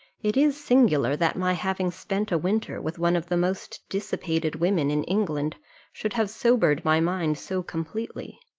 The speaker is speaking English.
it is singular, that my having spent a winter with one of the most dissipated women in england should have sobered my mind so completely.